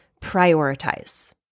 prioritize